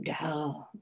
down